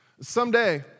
Someday